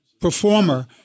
performer